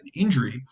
injury